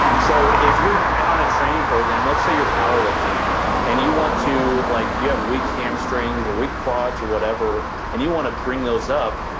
so if you're on a training program, let's say, you're powerlifting and you want to, like you have weak hamstrings or weak quads or whatever and you wanna bring those up,